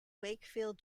wakefield